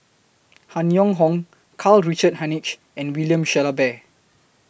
Han Yong Hong Karl Richard Hanitsch and William Shellabear